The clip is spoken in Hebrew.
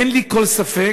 אין לי כל ספק